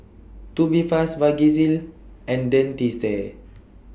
Tubifast Vagisil and Dentiste